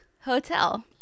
Hotel